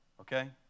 Okay